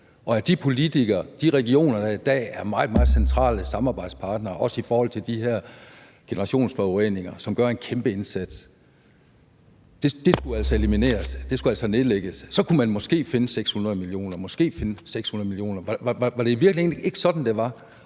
De politikere og de regioner, der i dag er meget, meget centrale samarbejdspartnere – også i forhold til de her generationsforureninger – gør en kæmpe indsats, og de skulle elimineres, altså nedlægges? Så kunne man måske finde 600 mio. kr. – måske kunne man det. Var det i virkeligheden ikke sådan, det var?